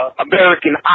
American